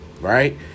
Right